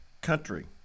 country